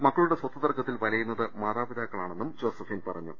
മക്കളുടെ സ്വത്ത് തർക്കത്തിൽ വലയുന്നത് മാതാ പിതാക്കളാണെന്നും ജോസഫൈൻ പറഞ്ഞു